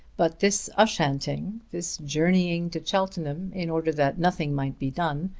but this ushanting, this journeying to cheltenham in order that nothing might be done,